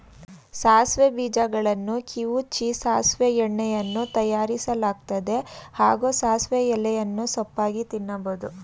ಸಾಸಿವೆ ಬೀಜಗಳನ್ನು ಕಿವುಚಿ ಸಾಸಿವೆ ಎಣ್ಣೆಯನ್ನೂ ತಯಾರಿಸಲಾಗ್ತದೆ ಹಾಗೂ ಸಾಸಿವೆ ಎಲೆಯನ್ನು ಸೊಪ್ಪಾಗಿ ತಿನ್ಬೋದು